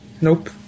Nope